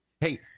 Hey